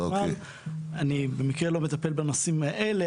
אני במקרה לא מטפל בנושאים האלה,